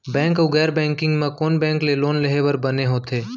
Bank अऊ गैर banking म कोन बैंक ले लोन लेहे बर बने होथे?